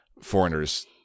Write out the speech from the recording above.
foreigners